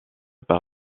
par